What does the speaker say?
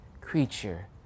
creature